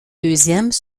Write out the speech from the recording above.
deuxièmes